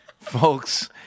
folks